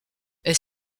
est